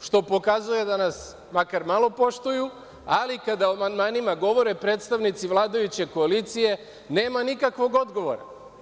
što pokazuje da nas makar malo poštuju, ali kada o amandmanima govore predstavnici vladajuće koalicije, nema nikakvog odgovora.